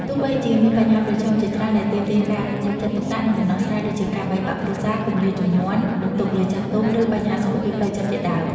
ទោះបីជាមានបញ្ហាប្រឈមជាច្រើនដែលទាមទារការយកចិត្តទុកដាក់ និងដំណោះស្រាយ ដូចជាការបែកបាក់គ្រួសារ គម្លាតជំនាន់ បន្ទុកលើចាស់ទុំ និងបញ្ហាសុខភាពផ្លូវចិត្តជាដើម។